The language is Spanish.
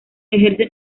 ejerce